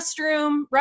restroom